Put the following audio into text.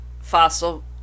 fossil